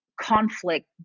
conflict